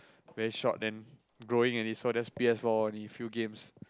very short then growing already so just p_s-four only few games